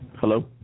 Hello